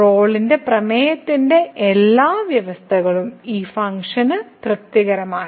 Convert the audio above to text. റോളിന്റെ പ്രമേയത്തിന്റെ എല്ലാ വ്യവസ്ഥകളും ഈ ഫംഗ്ഷന് തൃപ്തികരമാണ്